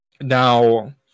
Now